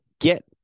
get